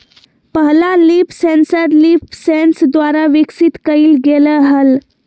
पहला leaf sensor LeafSense द्वारा विकसित कइल गेलय हल